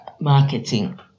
marketing